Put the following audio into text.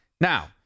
Now